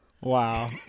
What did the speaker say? Wow